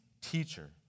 teacher